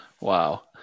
Wow